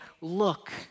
look